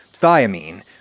thiamine